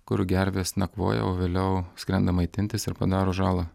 kur gervės nakvoja o vėliau skrenda maitintis ir padaro žalą